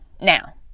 Now